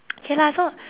K lah so